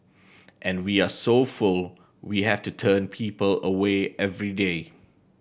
and we are so full we have to turn people away every day